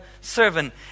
servant